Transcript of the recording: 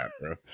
bro